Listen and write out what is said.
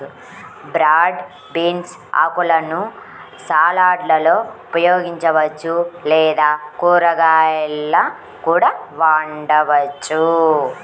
broad beans ఆకులను సలాడ్లలో ఉపయోగించవచ్చు లేదా కూరగాయలా కూడా వండవచ్చు